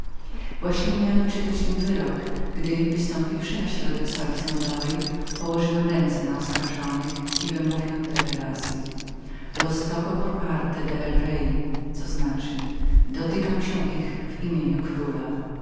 właśnie miano czytać im wyrok gdy zbliżyłem się w środek izby obradnej położyłem ręce na oskarżonych i wymówiłem te wyrazy los toco por parte de el rey dotykam się ich w imieniu króla